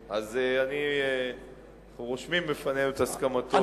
אנחנו רושמים בפנינו את הסכמתו של חבר הכנסת רותם.